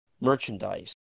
merchandise